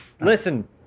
Listen